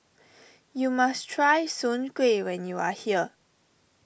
you must try Soon Kuih when you are here